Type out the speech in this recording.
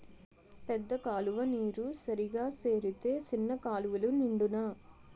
పెద్ద కాలువ నీరు సరిగా సేరితే సిన్న కాలువలు నిండునా